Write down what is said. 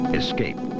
escape